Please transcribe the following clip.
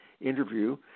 interview